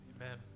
Amen